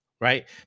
right